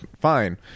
fine